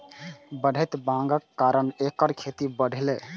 बढ़ैत मांगक कारण एकर खेती बढ़लैए